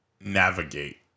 navigate